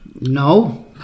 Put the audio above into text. No